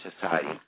society